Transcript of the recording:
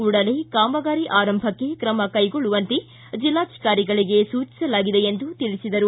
ಕೂಡಲೇ ಕಾಮಗಾರಿ ಆರಂಭಕ್ಕೆ ಕ್ರಮ ಕೈಗೊಳ್ಳುವಂತೆ ಜಿಲ್ಲಾಧಿಕಾರಿಗಳಿಗೆ ಸೂಚಿಸಲಾಗಿದೆ ಎಂದು ತಿಳಿಸಿದರು